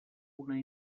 una